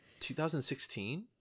2016